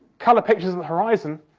colour pictures of the horizon,